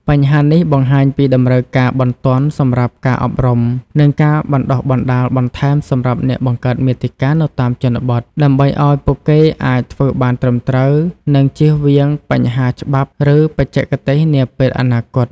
បញ្ហានេះបង្ហាញពីតម្រូវការបន្ទាន់សម្រាប់ការអប់រំ និងការបណ្តុះបណ្តាលបន្ថែមសម្រាប់អ្នកបង្កើតមាតិកានៅតាមជនបទ ដើម្បីឲ្យពួកគេអាចធ្វើបានត្រឹមត្រូវ និងចៀសវាងបញ្ហាច្បាប់ ឬបច្ចេកទេសនាពេលអនាគត។